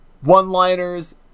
one-liners